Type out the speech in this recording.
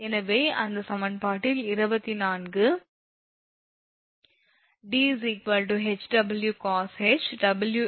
எனவே அந்த சமன்பாட்டில் 24 𝑑𝐻𝑊cosh𝑊𝐿2𝐻−1 எனவே 𝐻𝑊 𝑐